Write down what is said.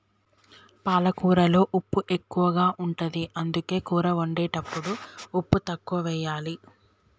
పాలకూరలో ఉప్పు ఎక్కువ ఉంటది, అందుకే కూర వండేటప్పుడు ఉప్పు తక్కువెయ్యాలి